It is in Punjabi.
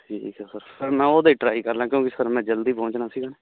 ਠੀਕ ਹੈ ਸਰ ਫਿਰ ਮੈਂ ਉਹਦਾ ਹੀ ਟਰਾਈ ਕਰਨਾ ਕਿਉਂਕਿ ਸਰ ਮੈਂ ਜਲਦੀ ਪਹੁੰਚਣਾ ਸੀ